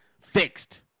fixed